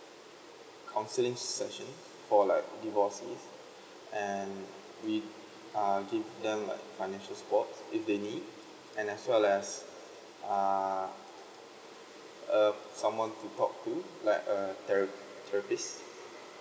counselling session for like divorcee and we are give them like financial supports if they need and as well as uh err someone to talk to like uh thera~ therapist